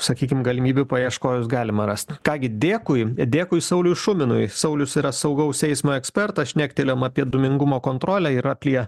sakykim galimybių paieškojus galima rast ką gi dėkui dėkui sauliui šuminui saulius yra saugaus eismo ekspertas šnektelėjom apie dūmingumo kontrolę ir apie